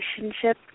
relationship